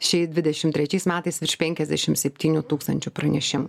šiais dvidešimt trečiais metais virš penkiasdešim septynių tūkstančių pranešimų